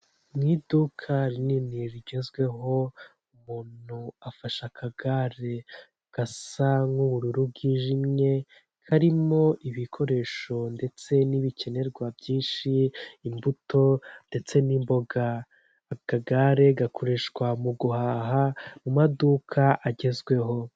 Mu iduka rinini rigezweho, umuntu afashe akagare gasa nk'ubururu bwijimye, karimo ibikoresho ndetse n'ibikenerwa byinshi, imbuto ndetse n'imboga, akagare gakoreshwa mu guhaha mu maduka agezweho.